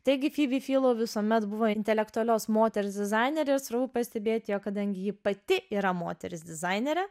taigi fibi filou visuomet buvo intelektualios moters dizainere svarbu pastebėti jog kadangi ji pati yra moteris dizainerė